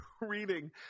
reading